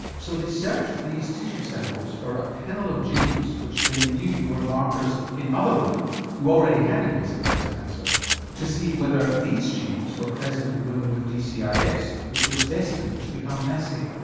so they searched these tissue samples for a panel of genes which they knew were markers in other women who already had invasive breast cancer to see whether these genes were present in women with dcis ah which was destined to become nasty.